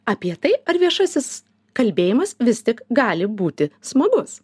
apie tai ar viešasis kalbėjimas vis tik gali būti smagus